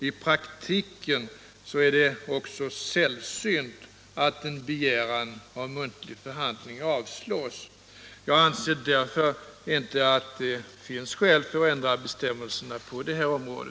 I praktiken är det också sällsynt att en begäran om muntlig förhandling avslås. Jag anser därför inte att det finns skäl för att ändra bestämmelserna på detta område.